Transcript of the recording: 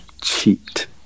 cheat